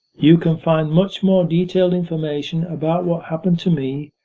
you can find much more detailed information about what happened to me,